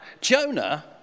Jonah